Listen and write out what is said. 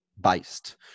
based